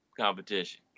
competition